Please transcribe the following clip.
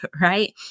right